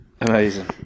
Amazing